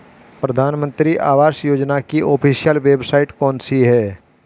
प्रधानमंत्री आवास योजना की ऑफिशियल वेबसाइट कौन सी है?